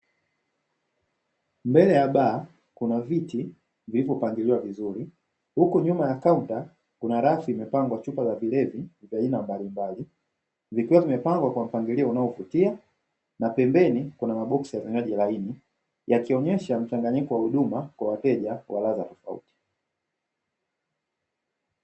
Mbele ya baa Kuna viti Kuna vitu vilivyopangiliwa vizuri, huku nyuma ya kaunta kuna rafu ya chupa ya vilevi za aina mbalimbali zikiwa zimepangwa kwa mpangilio unaovutia, na pembeni kuna maboksi ya vinywaji laini yakionyesha mchanganyiko wa huduma ya kwa wateje wa laza tofauti.